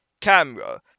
camera